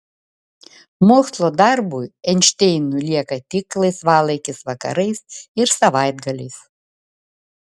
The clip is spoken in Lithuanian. mokslo darbui einšteinui lieka tik laisvalaikis vakarais ir savaitgaliais